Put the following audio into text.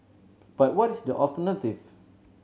but what is the alternative